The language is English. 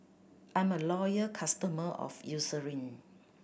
I'm a loyal customer of Eucerin